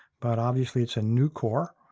but obviously it's a new core.